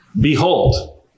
behold